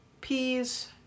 peas